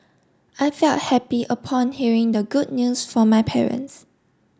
I felt happy upon hearing the good news from my parents